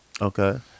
Okay